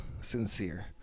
sincere